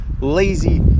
Lazy